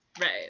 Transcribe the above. Right